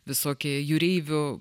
visokie jūreivių